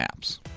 apps